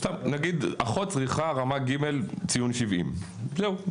סתם נגיד אחות צריכה רמה ג' ציון 70. זהו,